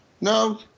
no